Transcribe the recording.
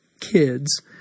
kids